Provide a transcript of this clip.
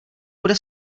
bude